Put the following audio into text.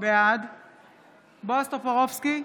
בעד בועז טופורובסקי,